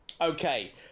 Okay